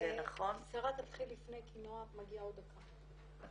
--- שרה תתחיל לפני כי נעה מגיעה עוד דקה.